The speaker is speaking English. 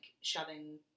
shoving